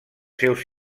seus